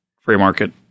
free-market